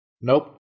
Nope